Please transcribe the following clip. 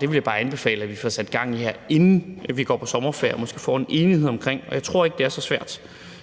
Det vil jeg bare anbefale vi får sat gang i her, inden vi går på sommerferie, og måske får en enighed om det, og jeg tror ikke, det er så svært.